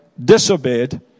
disobeyed